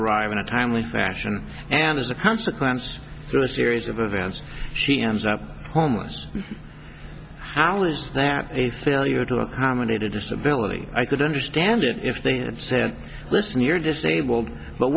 arrive in a timely fashion and as a consequence through a series of events she ends up homeless how is there a failure to accommodate a disability i could understand it if they had said listen you're disabled but